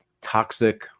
toxic